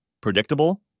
Predictable